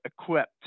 equipped